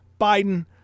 Biden